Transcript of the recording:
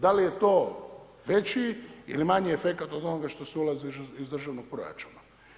Da li je to veći ili manji efekat od onoga što se ulaže iz državnog proračuna?